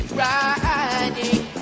riding